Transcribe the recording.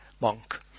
monk